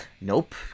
Nope